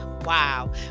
Wow